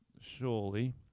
surely